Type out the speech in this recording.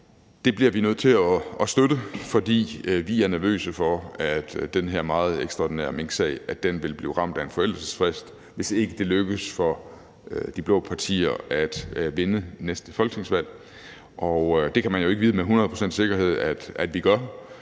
Det bliver vi nødt til at støtte, for vi er nervøse for, at den her meget ekstraordinære minksag vil blive ramt af en forældelsesfrist, hvis det ikke lykkes for de blå partier at vinde næste folketingsvalg. Det kan man jo ikke vide med hundrede procents sikkerhed at vi gør.